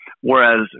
whereas